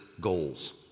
goals